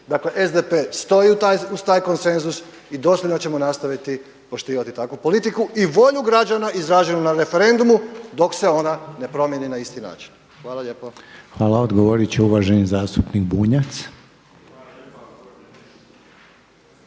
dakle SDP stoji uz taj konsenzus i dosljedno ćemo nastaviti poštivati takvu politiku i volju građana izraženu na referendumu dok se ona ne promijeni na isti način. Hvala lijepo. **Reiner, Željko (HDZ)** Hvala. Odgovorit će uvaženi zastupnik Bunjac.